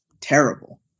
terrible